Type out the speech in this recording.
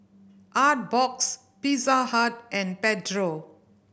Artbox Pizza Hut and Pedro